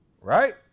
right